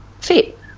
fit